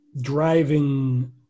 driving